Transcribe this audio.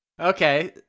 Okay